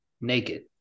naked